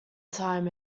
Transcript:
time